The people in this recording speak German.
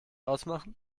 ausmachen